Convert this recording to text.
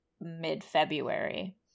mid-February